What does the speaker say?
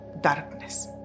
darkness